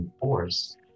force